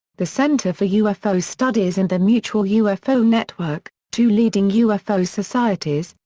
the center for ufo studies and the mutual ufo network, two leading ufo societies,